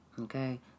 okay